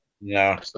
No